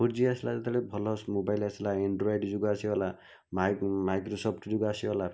four G ଆସିଲା ଯେତେବେଳେ ଭଲ ମୋବାଇଲ୍ ଆସିଲା ଏଣ୍ଡ୍ରୋଏଡ଼୍ ଯୁଗ ଆସିଗଲା ମାଈକ୍ରୋସଫ୍ଟ୍ ଯୁଗ ଆସିଗଲା